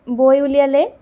বৈ উলিয়ালে